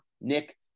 Nick